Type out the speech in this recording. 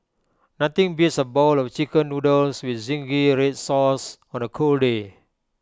nothing beats A bowl of Chicken Noodles with Zingy Red Sauce on A cold day